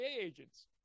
agents